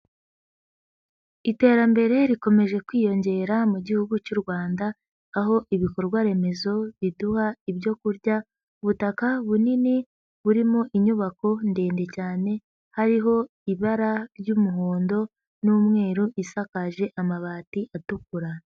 Iterambere rikomeje kwiyongera mu gihugu cy'u Rwanda, aho ibikorwaremezo biduha ibyo kurya, ubutaka bunini burimo inyubako ndende cyane, hariho ibara ry'umuhondo n'umweru. Isakaje amabati atukura.